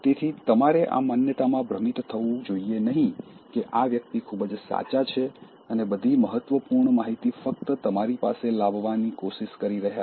તેથી તમારે આ માન્યતામાં ભ્રમિત થવું જોઈએ નહીં કે આ વ્યક્તિ ખૂબ જ સાચા છે અને બધી મહત્વપૂર્ણ માહિતી ફક્ત તમારી પાસે લાવવાની કોશિશ કરી રહ્યા છે